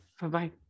bye-bye